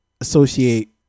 associate